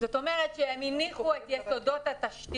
הם הניחו את יסודות התשתית